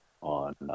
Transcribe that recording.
on